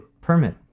permit